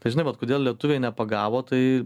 tai žinai vat kodėl lietuviai nepagavo tai